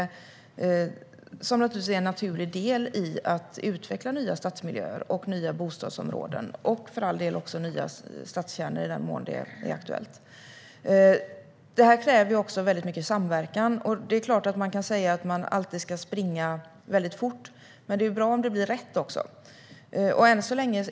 Allt detta är en naturlig del av att utveckla nya stadsmiljöer, bostadsområden och för all del även stadskärnor, i den mån det är aktuellt. Detta kräver stor samverkan. Man kan självfallet säga att man alltid ska springa väldigt fort, men det är bra om det också blir rätt.